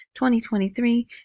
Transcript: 2023